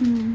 mmhmm mm